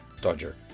Dodger